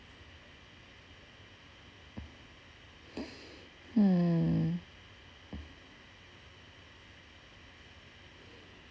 mm